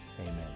Amen